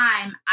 time